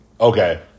Okay